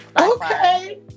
Okay